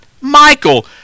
Michael